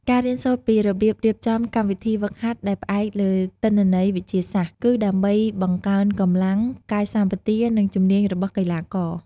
ការរៀនសូត្រពីរបៀបរៀបចំកម្មវិធីហ្វឹកហាត់ដែលផ្អែកលើទិន្នន័យវិទ្យាសាស្ត្រ គឺដើម្បីបង្កើនកម្លាំង កាយសម្បទា និងជំនាញរបស់កីឡាករ។